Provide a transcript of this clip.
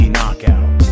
Knockout